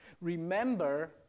Remember